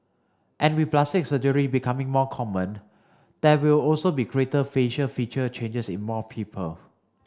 and with plastic surgery becoming more common there will also be greater facial feature changes in more people